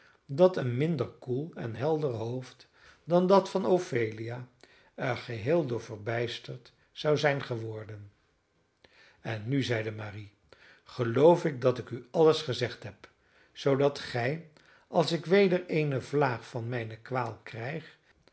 dat een minder koel en helder hoofd dan dat van ophelia er geheel door verbijsterd zou zijn geworden en nu zeide marie geloof ik dat ik u alles gezegd heb zoodat gij als ik weder eene vlaag van mijne kwaal krijg